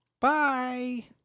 Bye